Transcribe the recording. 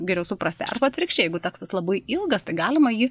geriau suprasti arba atvirkščiai jeigu tekstas labai ilgas tai galima jį